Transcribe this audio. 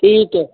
ਠੀਕ ਹੈ